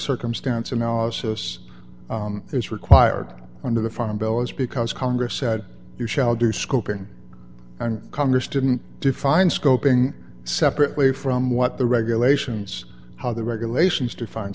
circumstance analysis is required under the farm bill is because congress said you shall do scoping and congress didn't define scoping separately from what the regulations how the regulations defined